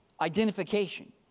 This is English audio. identification